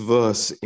verse